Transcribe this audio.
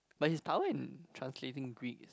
but he's power in translating Greeks